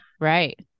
right